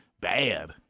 bad